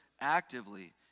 actively